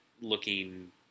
looking